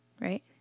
Right